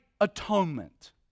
atonement